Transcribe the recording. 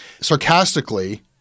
Sarcastically